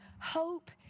hope